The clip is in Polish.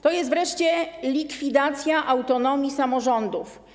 To jest wreszcie likwidacja autonomii samorządów.